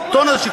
הטון הזה,